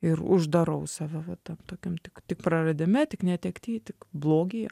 ir uždarau save va tam tokiam tik tik praradime tik netekty tik blogyje